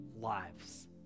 lives